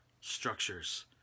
structures